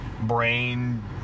brain